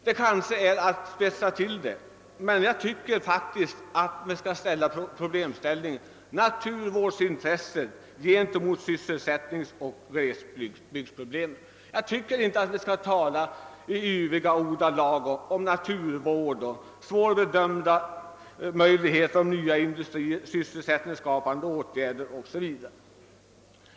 Det kanske är att spetsa till det hela, men jag tycker att vi skall ställa problemet så här: naturvårdsintresset gentemot sysselsättningsoch glesbygdsproble Jag tycker inte att vi i högstämda ordalag och med yviga gester skall tala om naturvård och säga att möjligheterna att skapa nya industrier och vidta andra sysselsättningsskapande åtgärder är svårbedömda.